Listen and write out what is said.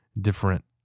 different